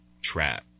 trap